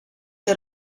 que